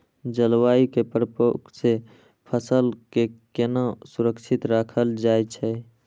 जलवायु के प्रकोप से फसल के केना सुरक्षित राखल जाय छै?